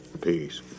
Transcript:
Peace